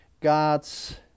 God's